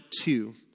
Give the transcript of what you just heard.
two